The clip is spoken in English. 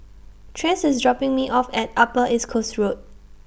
Trace IS dropping Me off At Upper East Coast Road